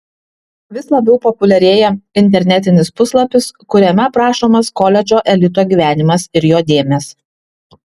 vis labiau populiarėja internetinis puslapis kuriame aprašomas koledžo elito gyvenimas ir jo dėmės